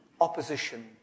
opposition